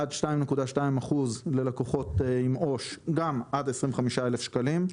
עד 2.2% ללקוחות עם עו"ש גם עד 25,000 שקלים.